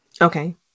Okay